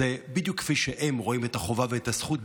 כפי שהם רואים את החובה ואת הזכות,